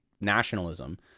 nationalism